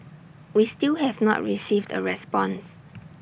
we still have not received A response